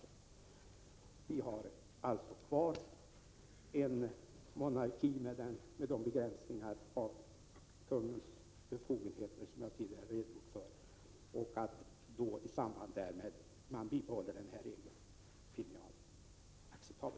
Sverige behåller alltså en monarki med de begränsningar av konungens befogenheter som jag tidigare har redogjort för, och det är därför acceptabelt att denna regel finns kvar.